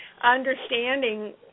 understanding